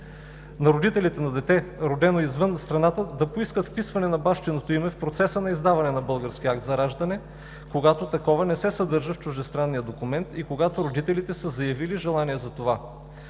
на родителите на дете, родено извън страната, да поискат вписване на бащино име в процеса на издаване на български акт за раждане, когато такова не се съдържа в чуждестранния документ и когато родителите са заявили желание за това.